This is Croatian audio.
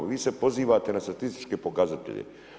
Vi se pozivate na statističke pokazatelje.